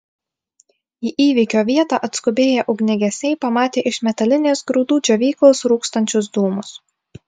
į įvykio vietą atskubėję ugniagesiai pamatė iš metalinės grūdų džiovyklos rūkstančius dūmus